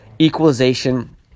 equalization